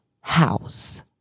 house